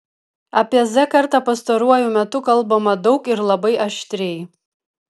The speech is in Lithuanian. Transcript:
apie z kartą pastaruoju metu kalbama daug ir labai aštriai